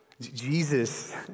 Jesus